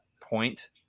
point